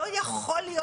לא יכול להיות.